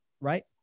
right